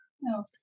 no